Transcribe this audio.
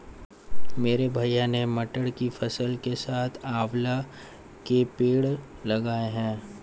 मेरे भैया ने मटर की फसल के साथ आंवला के पेड़ लगाए हैं